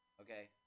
okay